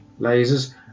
lasers